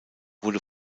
wurde